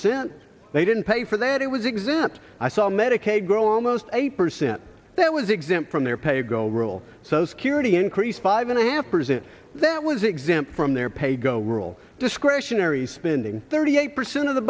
percent they didn't pay for that it was exempt i saw medicaid grow almost eight percent that was exempt from their pay go rule so security increased five and a half percent that was exempt from their pay go rule discretionary spending thirty eight percent of the